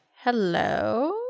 hello